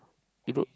eh bro